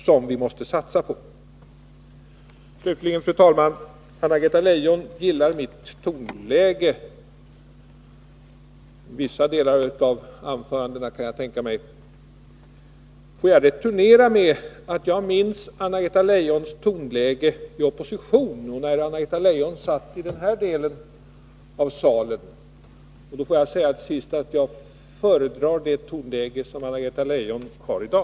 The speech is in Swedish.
Till sist, fru talman, vill jag notera att Anna-Greta Leijon sade att hon gillar mitt tonläge — i vissa delar av anförandena, kan jag tänka mig. Får jag returnera med att jag minns Anna-Greta Leijons tonläge när hon var i opposition och satt i den del av plenisalen där jag sitter. Jag föredrar det tonläge som Anna-Greta Leijon har i dag.